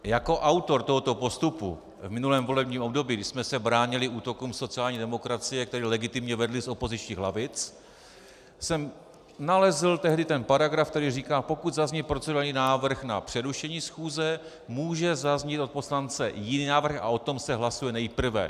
Jako autor tohoto postupu v minulém volebním období, kdy jsme se bránili útokům sociální demokracie, který legitimně vedli z opozičních lavic, jsem nalezl tehdy ten paragraf, který říká pokud zazní procedurální návrh na přerušení schůze, může zaznít od poslance jiný návrh a tom se hlasuje nejprve.